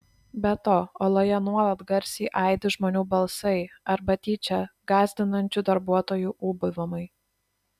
be to oloje nuolat garsiai aidi žmonių balsai arba tyčia gąsdinančių darbuotojų ūbavimai